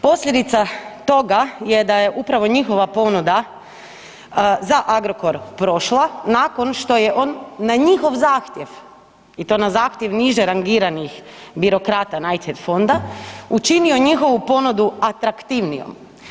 Posljedica toga je da je upravo njihova ponuda za Agrokor prošla nakon što je on na njihov zahtjev i to na zahtjev niže rangiranih birokrata Knighthead fonda učinio njihovu ponudu atraktivnijom.